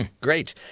Great